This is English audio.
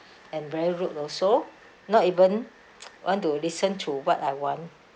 and very rude also not even want to listen to what I want